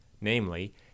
namely